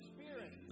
Spirit